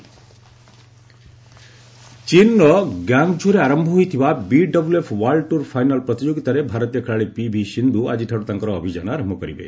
badminton ଚୀନ୍ର ଗ୍ୱାଙ୍ଗ୍ଝୋରେ ଆରମ୍ଭ ହୋଇଥିବା ବିଡବ୍ଲଏଫ୍ ଓ୍ୱାର୍ଲଡ ଟୁର୍ ଫାଇନାଲ୍ ପ୍ରତିଯୋଗିତାରେ ଭାରତୀୟ ଖେଳାଳି ପିଭି ସିନ୍ଧୁ ଆଜିଠାରୁ ତାଙ୍କର ଅଭିଯାନ ଆରମ୍ଭ କରିବେ